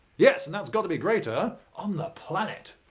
yes, and that's got to be greater, on the planet.